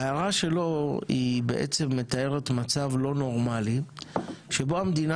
ההערה שלו היא בעצם מתארת מצב לא נורמלי שבו המדינה